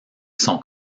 son